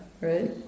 right